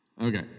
Okay